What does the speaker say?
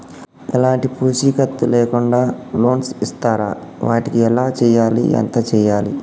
ఎలాంటి పూచీకత్తు లేకుండా లోన్స్ ఇస్తారా వాటికి ఎలా చేయాలి ఎంత చేయాలి?